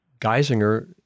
Geisinger